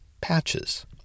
patches